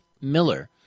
Miller